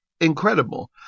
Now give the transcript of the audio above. incredible